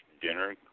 dinner